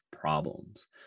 problems